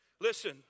Listen